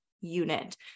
unit